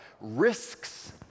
risks